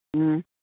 ꯎꯝ